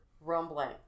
rumbling